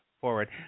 forward